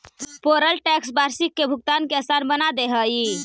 payroll tax वार्षिक कर भुगतान के असान बना दे हई